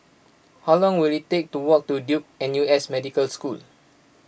how long will it take to walk to Duke N U S Medical School